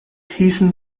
hießen